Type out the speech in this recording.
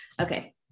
Okay